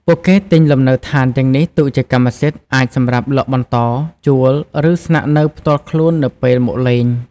ពួកគេទិញលំនៅឋានទាំងនេះទុកជាកម្មសិទ្ធិ អាចសម្រាប់លក់បន្ត ជួល ឬស្នាក់នៅផ្ទាល់ខ្លួននៅពេលមកលេង។